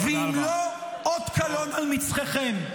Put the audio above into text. ואם לא, אות קלון על מצחכם.